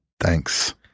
Thanks